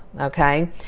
Okay